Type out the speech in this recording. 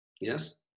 yes